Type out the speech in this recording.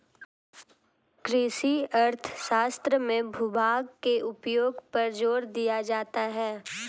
कृषि अर्थशास्त्र में भूभाग के उपयोग पर जोर दिया जाता है